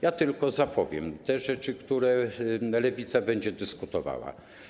Ja tylko zapowiem te rzeczy, o których Lewica będzie dyskutowała.